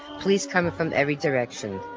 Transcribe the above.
police coming from every direction,